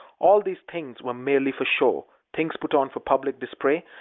all these things were merely for show things put on for public display,